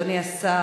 אדוני השר,